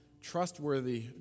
trustworthy